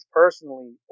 personally